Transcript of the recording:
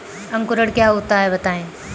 अंकुरण क्या होता है बताएँ?